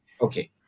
Okay